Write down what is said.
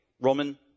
Roman